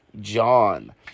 John